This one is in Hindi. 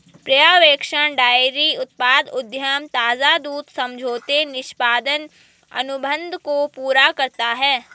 पर्यवेक्षण डेयरी उत्पाद उद्यम ताजा दूध समझौते निष्पादन अनुबंध को पूरा करता है